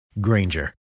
Granger